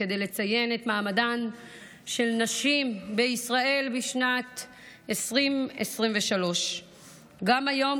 כדי לציין את מעמדן של נשים בישראל בשנת 2023. גם היום,